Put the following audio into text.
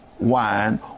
wine